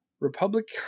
Republic